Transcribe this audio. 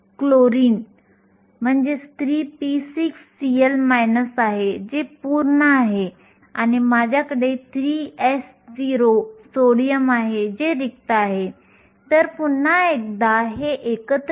तर आपण म्हणू शकतो की जर μe आणि μh वाढले तर वाहकता वाढेल जर विखुरणे कमी असेल तर वाहकता वाढेल